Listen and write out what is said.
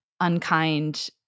Unkind